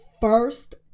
first